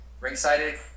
ringsided